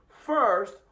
first